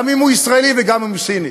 גם אם הוא ישראלי וגם אם הוא סיני.